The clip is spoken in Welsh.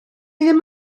ddim